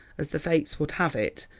as the fates would have it,